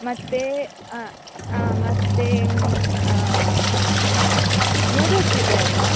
ಮತ್ತೆ ಮತ್ತೆ ನೂಡಲ್ಸ್ ಇದೆ ಅಲ್ಲವಾ